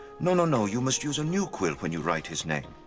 no, no, no! you must use a new quill when you write his name.